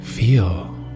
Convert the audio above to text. feel